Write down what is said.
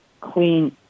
Clean